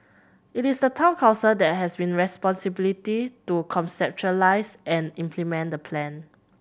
it is the Town Council that has been responsibility to conceptualise and implement the plan